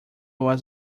was